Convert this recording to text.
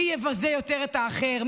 מי יבזה יותר את האחר,